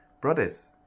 Brothers